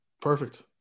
Perfect